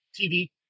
TV